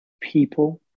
people